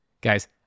Guys